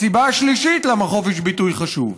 הסיבה השלישית למה חופש ביטוי חשוב: